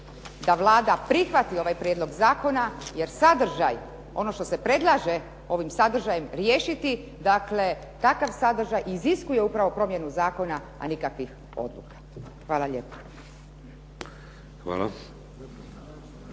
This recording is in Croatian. da Vlada prihvati ovaj prijedlog zakona jer sadržaj, ono što se predlaže ovim sadržajem riješiti dakle takav sadržaj iziskuje upravo promjenu zakona a nikakvih odluka. Hvala lijepo.